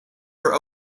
are